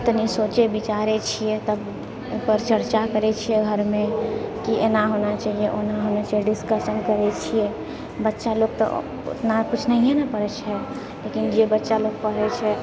तनी सोचैत विचारैत छियै तब ओहिपर चर्चा करैत छियै घरमे की एना होना चाहिए ओना होना चाहिए डिस्कशन करैत छियै बच्चालोग तऽ उतना कुछ नहिए न पढ़ैत छै लेकिन जे बच्चा लोग पढ़ैत छै